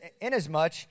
inasmuch